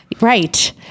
Right